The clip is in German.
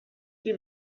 die